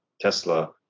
Tesla